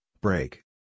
break